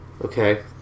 Okay